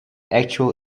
actual